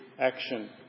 action